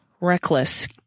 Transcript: reckless